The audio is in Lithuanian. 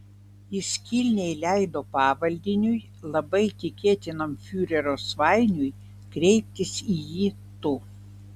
jis kilniai leido pavaldiniui labai tikėtinam fiurerio svainiui kreiptis į jį tu